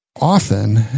often